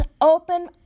open